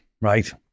right